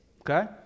okay